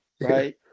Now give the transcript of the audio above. right